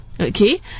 Okay